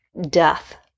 death